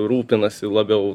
rūpinasi labiau